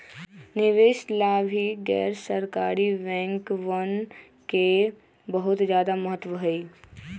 निवेश ला भी गैर सरकारी बैंकवन के बहुत ज्यादा महत्व हई